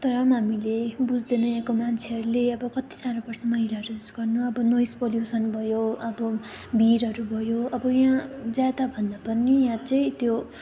तर पनि हामीले बुझ्दैनौँ यहाँको मान्छेहरूले अब कत्ति साह्रो पर्छ मैलाहरू उस गर्न अब नोइज पोल्युसन भयो अब भिरहरू भयो अब यहाँ ज्यादा भन्दा पनि यहाँ चाहिँ त्यो